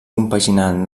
compaginant